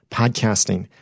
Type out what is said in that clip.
podcasting